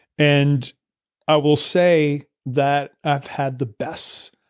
and i will say that i've had the best.